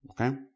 Okay